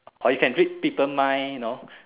or you can read people mind you know